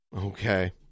Okay